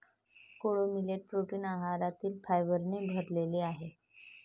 कोडो millet protein आहारातील फायबरने भरलेले आहे